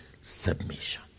submission